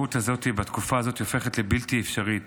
השהות הזאת בתקופה הזאת הופכת לבלתי-אפשרית,